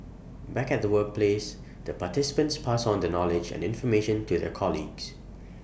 back at the workplace the participants pass on the knowledge and information to their colleagues